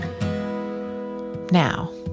Now